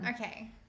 Okay